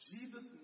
Jesus